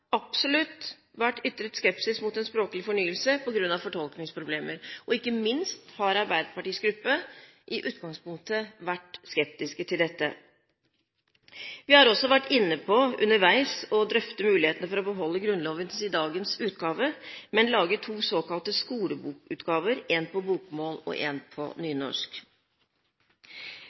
absolutt vært ytret skepsis mot en språklig fornyelse på grunn av fortolkningsproblemer – ikke minst har Arbeiderpartiets gruppe i utgangspunktet vært skeptisk til dette. Vi har underveis også vært inne på å drøfte mulighetene for å beholde Grunnloven i dagens utgave, men lage to såkalte skolebokutgaver, en på bokmål og en på nynorsk.